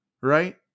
right